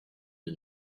and